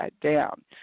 down